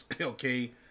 okay